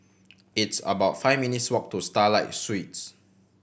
it's about five minutes' walk to Starlight Suites